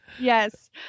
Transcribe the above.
Yes